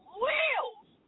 wheels